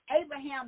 Abraham